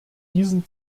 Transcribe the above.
diesen